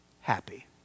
happy